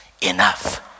enough